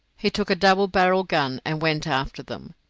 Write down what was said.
he took a double-barrelled gun and went after them.